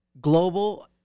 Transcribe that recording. global